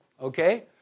Okay